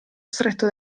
stretto